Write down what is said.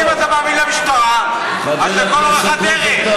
אז אם אתה מאמין למשטרה, אז לכל אורך הדרך.